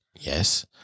Yes